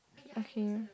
okay